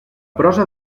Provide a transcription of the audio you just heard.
prosa